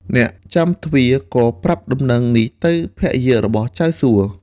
អ្នកចាំទ្វារក៏ប្រាប់ដំណឹងនេះទៅភរិយារបស់ចៅសួ។